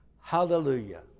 Hallelujah